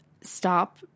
stop